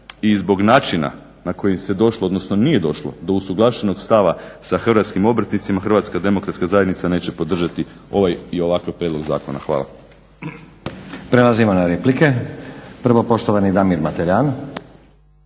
i zbog načina na koji se došlo, odnosno nije došlo do usuglašenog stava sa hrvatskim obrtnicima Hrvatska demokratska zajednica neće podržati ovaj i ovakav prijedlog zakona. Hvala. **Stazić, Nenad (SDP)** Prelazimo na replike. Prvo poštovani Damir Mateljan.